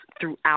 throughout